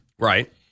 Right